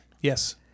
Yes